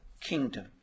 kingdom